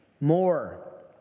more